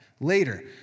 later